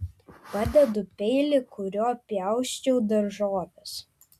padedu peilį kuriuo pjausčiau daržoves